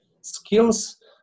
skills